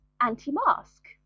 anti-mask